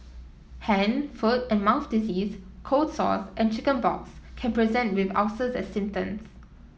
hand foot and mouth disease cold sores and chicken pox can present with ulcers as symptoms